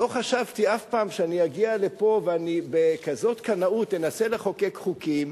לא חשבתי אף פעם שאני אגיע לפה ואני בכזאת קנאות אנסה לחוקק חוקים,